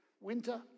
winter